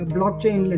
Blockchain